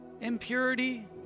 impurity